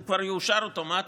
הוא כבר יאושר אוטומטית,